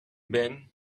been